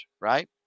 right